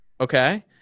Okay